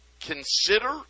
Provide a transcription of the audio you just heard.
Consider